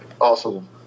Awesome